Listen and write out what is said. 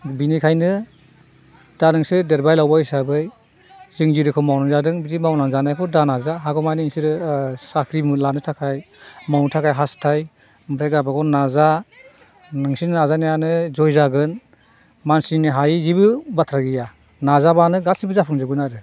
बेनिखायनो दा नोंसोरो देरबाय लावबाय हिसाबै जों जिरोखोम मावनानै जादों बिदि मावनानै जानायखौ दा नाजा हागौमानि बिसोरो साख्रि लानो थाखाय मावनो थाखाय हास्थाय ओमफ्राय गावबा गाव नाजा नोंसोरनि नाजानायानो जय जागोन मानसिनि हायै जेबो बाथ्रा गैया नाजाबानो गासैबो जाफुंजोबगोन आरो